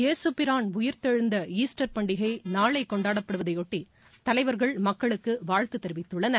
ஏசுபிரான் உயிர்த்தெழுந்த ஈஸ்டர் பண்டிகை நாளை கொண்டாடப்படுவதையொட்டி தலைவர்கள் மக்களுக்கு வாழ்த்து தெரிவித்துள்ளனர்